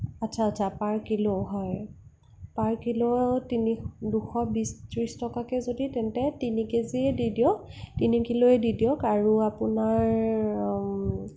আচ্ছা আচ্ছা per kilo হয় পাৰ কিলো তিনি দুশ ত্ৰিছ টকাকে যদি তেন্তে তিনি কেজিয়ে দি দিয়ক তিনি কিলোৱে দি দিয়ক আৰু আপোনাৰ